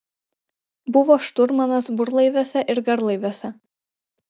buvo šturmanas burlaiviuose ir garlaiviuose